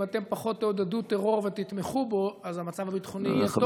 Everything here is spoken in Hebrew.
אם אתם פחות תעודדו טרור ותתמכו בו אז המצב הביטחוני יהיה טוב